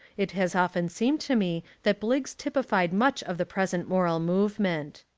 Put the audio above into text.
it has often seemed to me that bliggs typified much of the present moral movement.